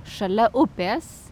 šalia upės